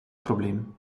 probleem